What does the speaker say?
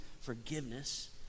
forgiveness